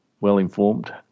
well-informed